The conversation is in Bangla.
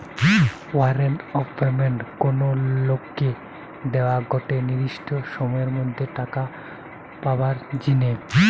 ওয়ারেন্ট অফ পেমেন্ট কোনো লোককে দোয়া গটে নির্দিষ্ট সময়ের মধ্যে টাকা পাবার জিনে